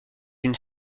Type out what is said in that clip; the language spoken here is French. une